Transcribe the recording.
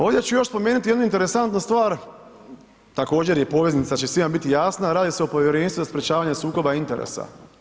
Ovdje ću još spomenuti jednu interesantnu stvar, također je poveznica pa će svima biti jasna, radi se Povjerenstvu za sprječavanje sukoba interesa.